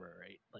right